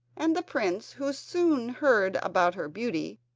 and the prince, who soon heard about her beauty,